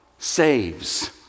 Saves